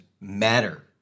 matter